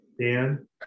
Dan